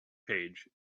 page